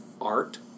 art